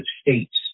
states